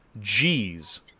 G's